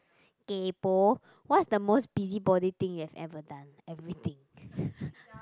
kaypoh what's the most busybody thing you have ever done everything